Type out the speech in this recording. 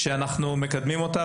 על כך שאנחנו מקדמים אותה,